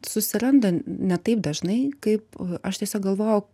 susiranda ne taip dažnai kaip aš tiesiog galvojau